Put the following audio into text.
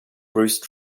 bruce